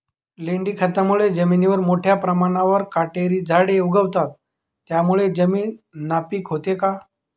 लेंडी खतामुळे जमिनीवर मोठ्या प्रमाणावर काटेरी झाडे उगवतात, त्यामुळे जमीन नापीक होते का?